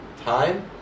Time